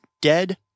dead